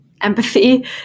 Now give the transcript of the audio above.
empathy